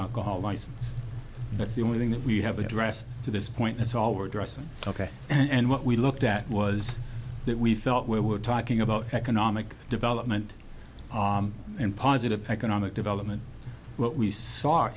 alcohol license that's the only thing that we have addressed to this point it's all were dressing ok and what we looked at was that we thought we were talking about economic development and positive economic development what we saw